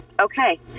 Okay